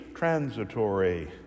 transitory